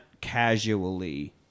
casually